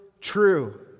true